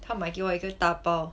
她买给我一个大包